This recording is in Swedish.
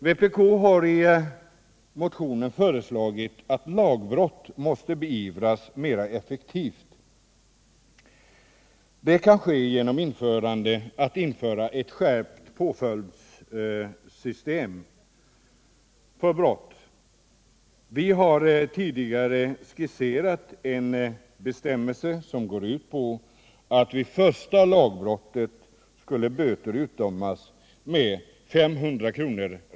Vpk har i motionen föreslagit att lagbrotten skall beivras mera effektivt. Det kan ske genom införande av skärpta påföljdsbestämmelser för brott mot lagen. Vi har tidigare skisserat en bestämmelse som går ut på att böter vid första lagbrottet skulle utdömas med 500 kr.